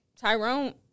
Tyrone